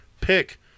pick